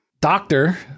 Doctor